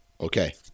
Okay